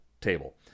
table